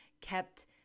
kept